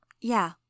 Yeah